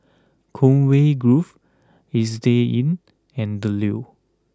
Conway Grove Istay Inn and The Leo